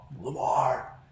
Lamar